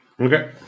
Okay